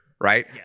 Right